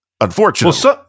Unfortunately